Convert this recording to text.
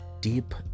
deep